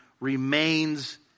remains